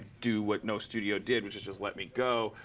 do what no studio did which is just let me go.